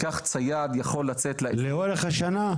לאורך השנה?